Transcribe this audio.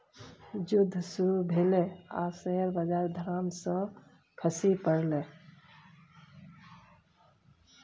जुद्ध शुरू भेलै आ शेयर बजार धड़ाम सँ खसि पड़लै